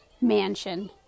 mansion